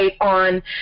on